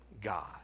God